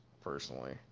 personally